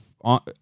on